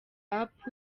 app